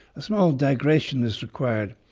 a small digression is required.